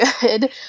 good